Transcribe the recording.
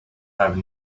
have